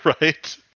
right